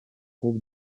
groupe